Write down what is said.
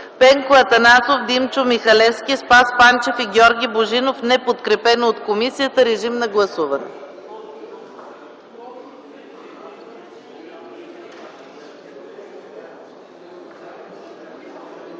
Пенко Атанасов, Димчо Михалевски, Спас Панчев и Георги Божинов, неподкрепено от комисията. Режим на гласуване!